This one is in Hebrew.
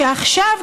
שעכשיו,